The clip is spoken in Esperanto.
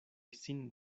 sin